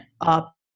up